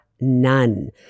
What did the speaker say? none